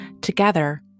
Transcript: Together